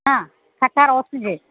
ആ കത്താറോക്സിജെ